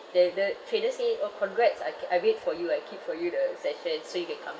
they the trainer say orh congrats I ca~ I wait for you I keep for you the session so you can come